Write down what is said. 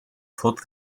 fought